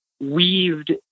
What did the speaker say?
weaved